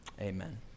Amen